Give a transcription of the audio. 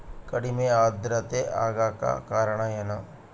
ಕಡಿಮೆ ಆಂದ್ರತೆ ಆಗಕ ಕಾರಣ ಏನು?